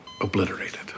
obliterated